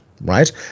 right